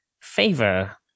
favor